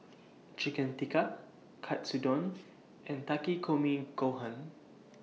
Chicken Tikka Katsudon and Takikomi Gohan